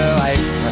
life